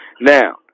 Now